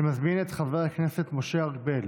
אני מזמין את חבר הכנסת משה ארבל